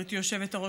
גברתי היושבת-ראש,